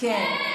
כן.